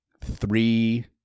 three